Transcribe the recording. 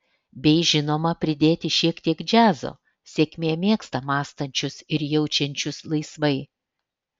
bei žinoma pridėti šiek tiek džiazo sėkmė mėgsta mąstančius ir jaučiančius laisvai